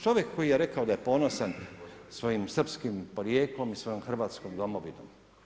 Čovjek koji je rekao da je ponosan svojim srpskim porijeklom i svojom Hrvatskom domovinom.